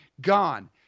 gone